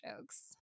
jokes